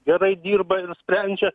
gerai dirba ir sprendžia